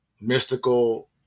mystical